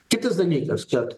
kitas dalykas